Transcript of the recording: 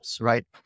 right